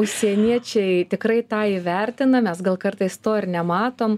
užsieniečiai tikrai tą įvertina mes gal kartais to ir nematom